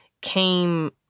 came